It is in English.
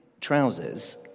trousers